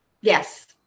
yes